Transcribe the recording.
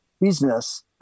business